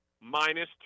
minus